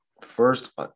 first